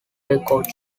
records